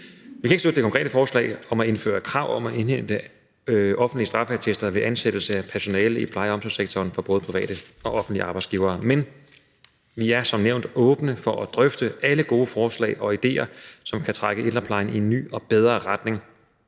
Vi kan ikke støtte det konkrete forslag om at indføre krav om at indhente offentlige straffeattester ved ansættelse af personale i pleje- og omsorgssektoren for både private og offentlige arbejdsgivere. Men vi er som nævnt åbne for at drøfte alle gode forslag og idéer, som kan trække ældreplejen i en ny og bedre retning.